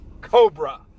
Cobra